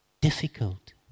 difficult